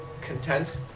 content